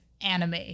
anime